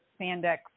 sandex